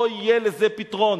לא יהיה לזה פתרון.